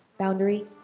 Boundary